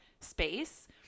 space